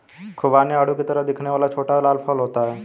खुबानी आड़ू की तरह दिखने वाला छोटा लाल फल होता है